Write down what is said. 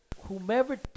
Whomever